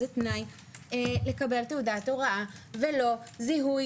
תנאי לקבל תעודת הוראה ולא זיהוי